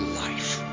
life